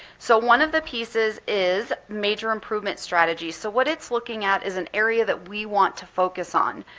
so one of the pieces is major improvement strategies. so what it's looking at is an area that we want to focus on.